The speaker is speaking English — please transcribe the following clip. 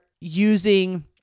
using